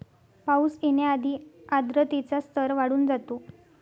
पाऊस येण्याआधी आर्द्रतेचा स्तर वाढून जातो